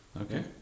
Okay